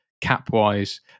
cap-wise